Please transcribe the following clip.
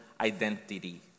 identity